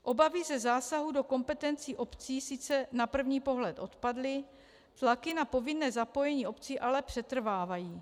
Obavy ze zásahu do kompetencí obcí sice na první pohled odpadly, tlaky na povinné zapojení obcí ale přetrvávají.